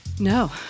No